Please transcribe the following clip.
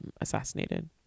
assassinated